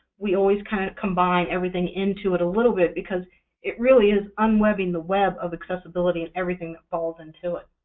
we always kind of combine everything into it a little bit, because it really is unwebbing the web of accessibility and everything that falls into it.